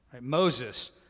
Moses